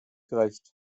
recht